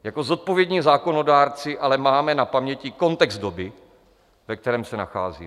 Jako zodpovědní zákonodárci ale máme na paměti kontext doby, ve kterém se nacházíme.